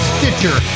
Stitcher